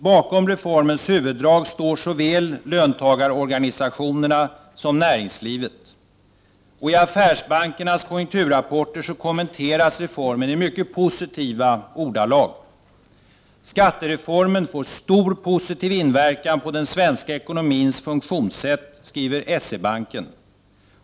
Bakom reformens huvuddrag står såväl löntagarorgansiationerna som näringslivet. Och i affärsbankernas konjunkturrapporter kommenteras reformen i mycket positiva ordalag: ”Skattereformen får stor positiv inverkan på den svenska ekonomins funktionsätt”, skriver SE-banken.